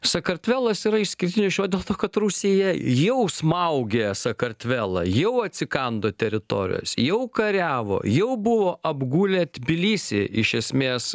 sakartvelas yra išskirtinis šio dėl to kad rusija jau smaugė sakartvelą jau atsikando teritorijos jau kariavo jau buvo apgulę tbilisį iš esmės